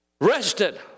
Rested